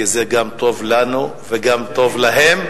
כי זה גם טוב לנו וגם טוב להם,